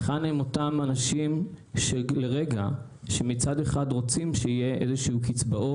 היכן הם אותם אנשים שמצד אחד רוצים שיהיו קצבאות,